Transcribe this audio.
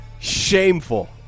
Shameful